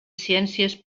ciències